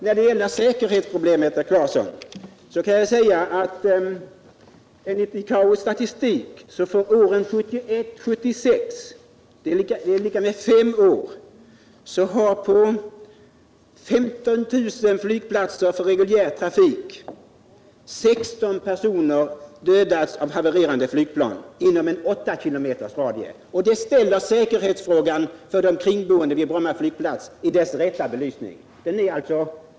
När det gäller säkerhetsproblemet, herr Claeson, kan jag säga att enligt statistiken har på 15 000 flygplatser för reguljär trafik på fem år 16 personer dödats av havererande flygplan inom en 8 km radie. Det visar säkerhetsfrågan för de kringboende vid Bromma flygfält i dess rätta belysning.